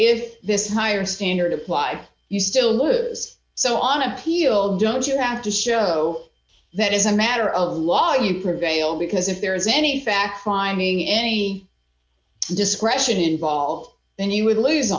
if this higher standard applied you still know is so on appeal don't you have to show that as a matter of law you prevail because if there is any fact finding any discretion involved then you would lose